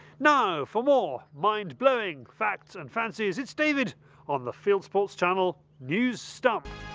now for more mind blowing facts and fancies it is david on the fieldsports channel news stump.